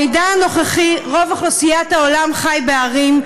בעידן הנוכחי רוב אוכלוסיית העולם חיה בערים,